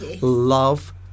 love